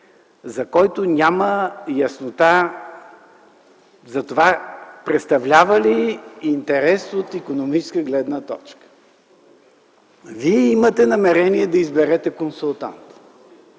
за който няма яснота за това представлява ли интерес от икономическа гледна точка. Вие имате намерение да изберете консултант.